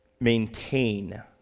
maintain